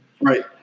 Right